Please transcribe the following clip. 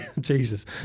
Jesus